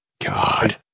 God